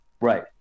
Right